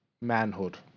manhood